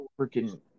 freaking